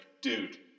dude